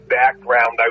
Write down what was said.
background